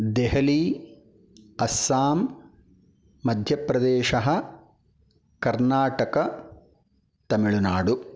देहली अस्सां मध्यप्रदेशः कर्णाटकः तमिल्नाडु